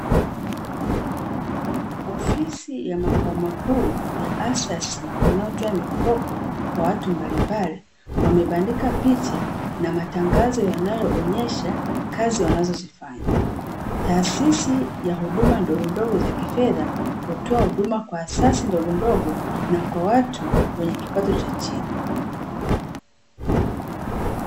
Ofisi ya makao makuu ya "ASASI" inayotoa mikopo kwa watu mbalimbali wamebandika picha na matangazo yanayo onyesha kazi wanazo zifanya. Taasisi ya huduma ndogondogo ya kifedha hutoa huduma kwa "ASASI" ndogondogo na kwa watu wenye kipato cha chini.